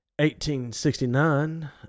1869